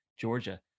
georgia